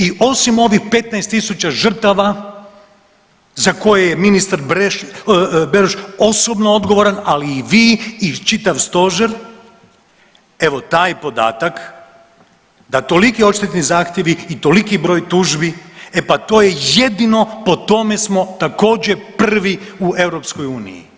I osim ovih 15.000 žrtava za koje je ministar Beroš osobno odgovoran, ali i vi i čitav stožer, evo taj podatak da toliki odštetni zahtjevi i toliki broj tužbi, e pa to je jedno po tome smo također prvi u EU.